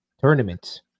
tournaments